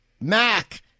Mac